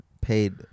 paid –